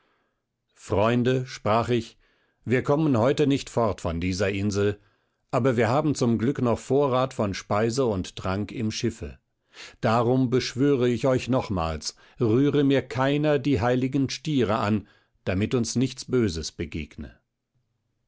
freunde sprach ich wir kommen heute nicht fort von dieser insel aber wir haben zum glück noch vorrat von speise und trank im schiffe darum beschwöre ich euch nochmals rühre mir keiner die heiligen stiere an damit uns nichts böses begegne